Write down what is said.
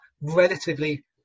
relatively